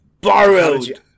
Borrowed